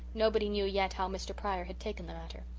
nobody knew yet how mr. pryor had taken the matter.